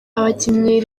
abakinnyi